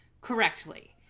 correctly